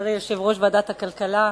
חברי יושב-ראש ועדת הכלכלה,